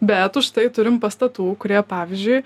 bet užtai turim pastatų kurie pavyzdžiui